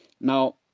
Now